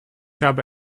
habe